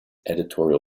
editorial